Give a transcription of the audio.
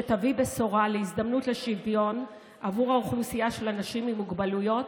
שתביא בשורה להזדמנות לשוויון עבור האוכלוסייה של אנשים עם מוגבלויות,